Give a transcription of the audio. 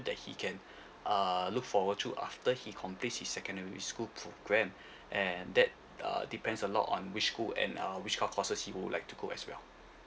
that he can err look forward to after he completes his secondary school program and that err depends a lot on which school and um which kind of courses he would like to go as well